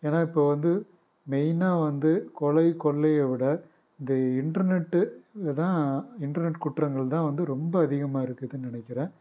ஏன்னால் இப்போ வந்து மெயின்னா வந்து கொலை கொள்ளையோடய இந்த இன்டர்நெட்டு தான் இன்டர்நெட் குற்றங்கள் தான் வந்து ரொம்ப அதிகமாக இருக்குது நினைக்கிறேன்